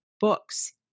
books